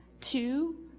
two